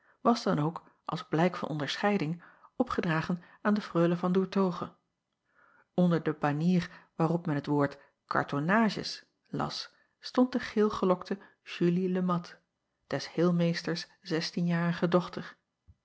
was dan ook als blijk van onderscheiding opgedragen aan de reule an oertoghe nder de banier waarop men t woord artonnages las stond de geelgelokte ulie e at des heelmeesters zestienjarige dochter